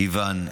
משפחות איון,